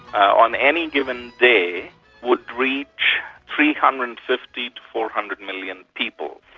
on any given day would reach three hundred and fifty four hundred million people.